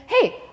hey